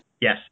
Yes